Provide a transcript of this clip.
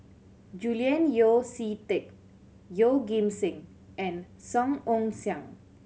Julian Yeo See Teck Yeoh Ghim Seng and Song Ong Siang